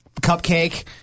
cupcake